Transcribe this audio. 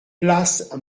place